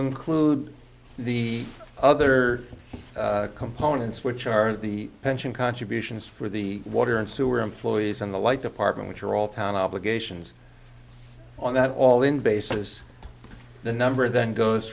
include the other components which are the pension contributions for the water and sewer employees and the like department which are all town obligations on that all in basis the number then goes